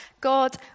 God